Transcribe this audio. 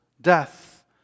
death